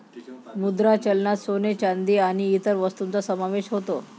मुद्रा चलनात सोने, चांदी आणि इतर वस्तूंचा समावेश होतो